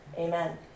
Amen